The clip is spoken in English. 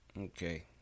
Okay